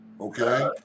Okay